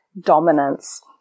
dominance